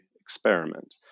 experiment